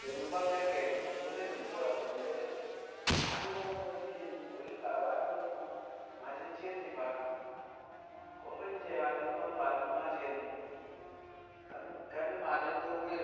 Be̱ mi̱ bwangke̱l ke̱e̱shi̱ tu̱u̱ ni̱bi̱ ku̱u̱ra bu̱ ni̱bi̱ yang ye̱shi̱ a so̱ wani̱ ko̱ dishe mi̱ kuwoshi fa wani̱ ko̱ maashi̱ shi̱i̱r nyi fa ko̱ fanshi̱ she̱ di̱ kwang fa shi̱ she̱ di̱ maa shi̱i̱r nyi ka mi̱ ka mi̱ maashi̱ tu̱u̱ bwi̱i̱r